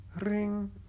Ring